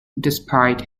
despite